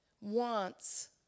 wants